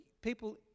People